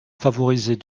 favoriser